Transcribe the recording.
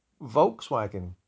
volkswagen